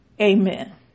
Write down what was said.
Amen